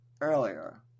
earlier